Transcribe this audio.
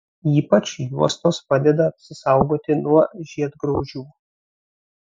ypač juostos padeda apsisaugoti nuo žiedgraužių